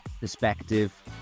perspective